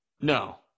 no